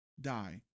die